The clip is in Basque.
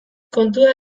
kontua